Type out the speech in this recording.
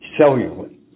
Cellularly